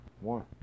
One